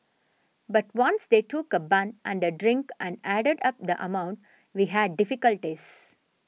but once they took a bun and a drink and added up the amount we had difficulties